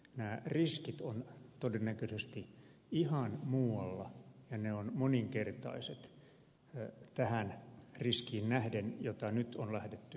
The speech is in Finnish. nämä riskit ovat todennäköisesti ihan muualla ja ne ovat moninkertaiset tähän riskiin nähden jota nyt on lähdetty torjumaan